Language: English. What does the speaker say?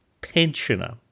pensioner